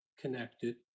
connected